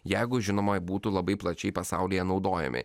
jeigu žinoma būtų labai plačiai pasaulyje naudojami